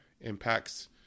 impacts